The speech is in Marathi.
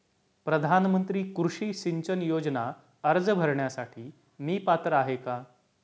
प्रधानमंत्री कृषी सिंचन योजना अर्ज भरण्यासाठी मी पात्र आहे का?